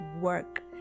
work